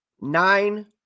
nine